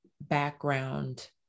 background